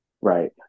Right